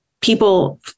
people